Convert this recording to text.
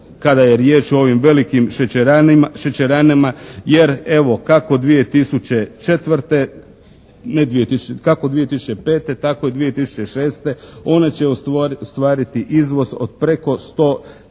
kada je riječ o ovim velikim šećeranama jer evo kako 2005. tako i 2006. ona će ostvariti izvoz od preko 140